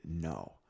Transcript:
no